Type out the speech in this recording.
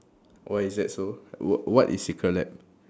why is that so wh~ what is secret lab